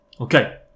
Okay